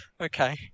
Okay